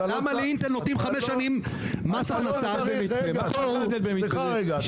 למה לאינטל נותנים חמש שנים מס הכנסה ב --- סליחה רגע,